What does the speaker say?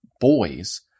boys